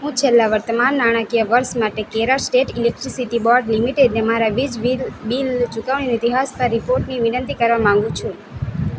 હું છેલ્લા વર્તમાન નાણાકીય વર્ષ માટે કેરળ સ્ટેટ ઇલેક્ટ્રિસિટી બોર્ડ લિમિટેડને મારા વીજ બિલ ચુકવણી ઈતિહાસ પર રિપોર્ટની વિનંતી કરવા માંગુ છું